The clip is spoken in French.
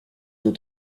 tôt